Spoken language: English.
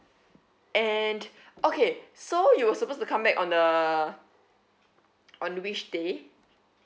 and okay so you were supposed to come back on the on which day